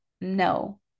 no